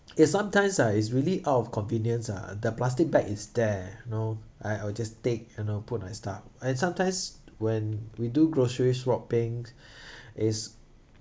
it sometimes ah is really out of convenience ah the plastic bag is there you know I I will just take you know put my stuff and sometimes when we do groceries shopping is